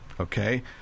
okay